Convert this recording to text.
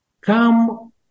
Come